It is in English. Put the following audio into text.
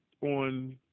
on